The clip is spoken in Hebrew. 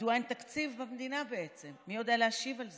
מדוע אין תקציב במדינה בעצם, מי יודע להשיב על זה?